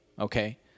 Okay